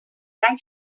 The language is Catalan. anys